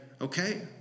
Okay